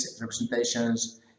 representations